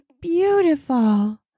beautiful